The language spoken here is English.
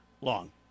long